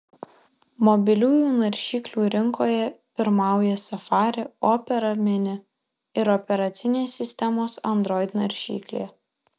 mobiliųjų naršyklių rinkoje pirmauja safari opera mini ir operacinės sistemos android naršyklė